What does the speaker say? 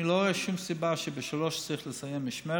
אני לא רואה שום סיבה שב-15:00 צריך לסיים משמרת.